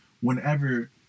whenever